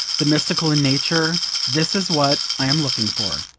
the mystical in nature this is what i am looking for.